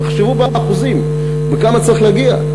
תחשבו באחוזים כמה צריכים להגיע.